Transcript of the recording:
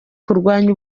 kurwanya